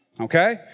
okay